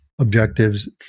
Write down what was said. objectives